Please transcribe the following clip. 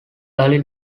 early